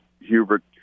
Hubert